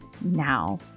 now